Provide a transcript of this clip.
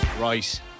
Right